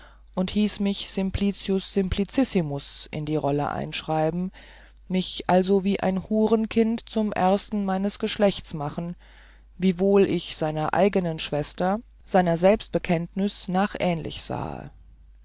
und ließ mich simplicius simplicissimus in die rolle einschreiben mich also wie ein hurenkind zum ersten meins geschlechts zu machen wiewohl ich seiner eigenen schwester seiner selbstbekenntnüs nach ähnlich sahe